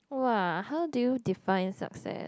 !wah! how do you define success